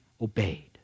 obeyed